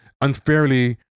unfairly